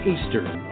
Eastern